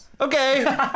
Okay